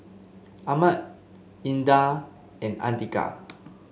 Ahmad Indah and Andika